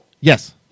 Yes